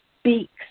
speaks